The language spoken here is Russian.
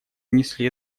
внесли